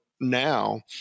now